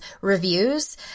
reviews